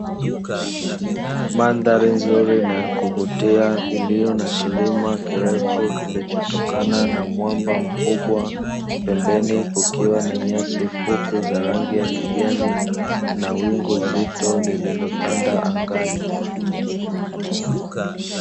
Mandhari nzuri na ya kuvutia iliyo na kilima kirefu kiilichotokana na mwamba mkubwa, pembeni kukiwa na nyasi fupi za rangi ya kijani na wingu zito lililotanda angani.